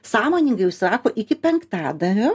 sąmoningai užsako iki penktadienio